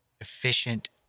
efficient